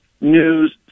News